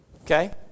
Okay